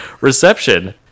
reception